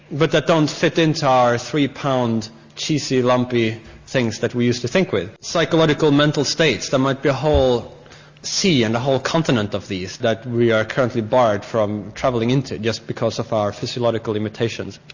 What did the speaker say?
but that don't think into our three-pound cheesy, lumpy things that we use to think with psychological, mental states that might be a whole sea and a whole continent of these that we are currently barred from travelling into just because of our physiological limitations.